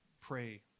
pray